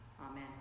Amen